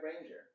Ranger